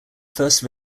first